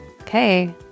Okay